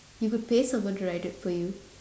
you could someone to write it for you